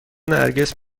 نرگس